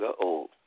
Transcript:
old